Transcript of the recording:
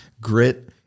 grit